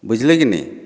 ବୁଝିଲେ କି ନେହିଁ